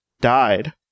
died